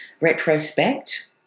retrospect